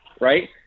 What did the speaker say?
right